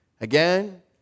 Again